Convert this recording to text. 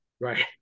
Right